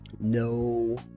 No